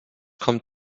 kommt